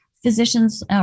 physicians